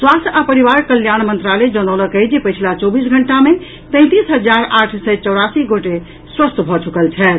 स्वास्थ्य आ परिवार कल्याण मंत्रालय जनौलक अछि जे पछिला चौबीस घंटा मे तैंतीस हजार आठ सय चौरासी गोटे स्वस्थ भऽ चुकल छथि